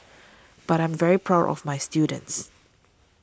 but I am very proud of my students